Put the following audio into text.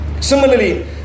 Similarly